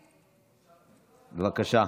בבקשה.